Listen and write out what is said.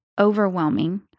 overwhelming